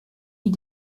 die